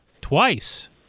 twice